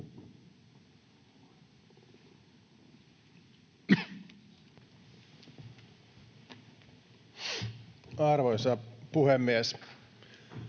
Arvoisa puhemies!